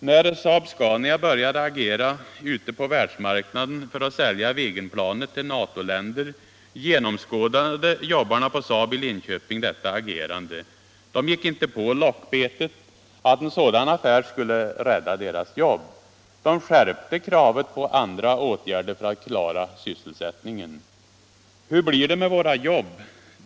När SAAB-SCANIA började agera ute på världsmarknaden för att sälja Viggenplanet till NATO-länder genomskådade jobbarna på SAAB i Linköping detta agerande. De gick inte på lockbetet att en sådan affär skulle rädda deras jobb. De skärpte kravet på andra åtgärder för att klara sys 43 — Hur blir det med våra jobb?